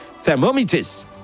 thermometers